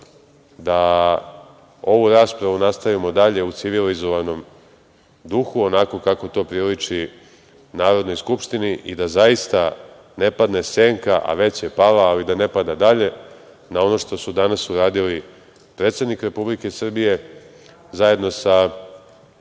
da ovu raspravu nastavimo dalje u civilizovanom duhu, onako kako to priliči Narodnoj skupštini i da zaista ne padne senka, a već je pala, ali da ne pada dalje, na ono što su danas uradili predsednik Republike Srbije, zajedno sa